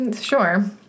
Sure